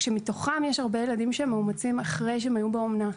כשמתוכם יש הרבה ילדים שמאומצים אחרי שהיו באומנה.